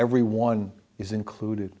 everyone is included